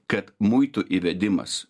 kad muitų įvedimas